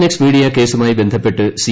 X media കേസുമായി ബന്ധപ്പെട്ട് C